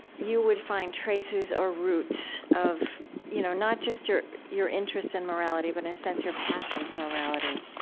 you would find traces or roots of you know not just your your interest in morality, but in a sense, your passion for morality,